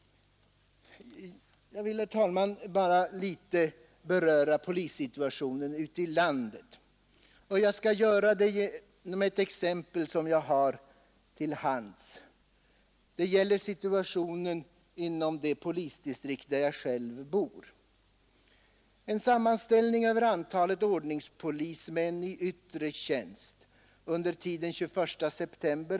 Herr talman! Efter detta vill jag bara helt kort beröra polissituationen ute i landet, och det gör jag genom att ta ett exempel som jag har till hands. Det gäller situationen inom det poli sammanställning över antalet ordningspolismän i yttre tjänst under tiden distrikt där jag själv bor.